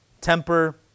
temper